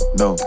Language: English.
no